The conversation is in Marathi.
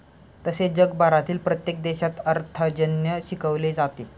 तसेच जगभरातील प्रत्येक देशात अर्थार्जन शिकवले जाते